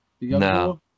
no